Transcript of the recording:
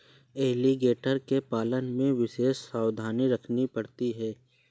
alligator के पालन में विशेष सावधानी रखनी पड़ती है